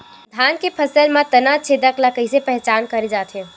धान के फसल म तना छेदक ल कइसे पहचान करे जाथे?